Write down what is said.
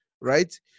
right